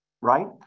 right